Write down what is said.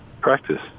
practice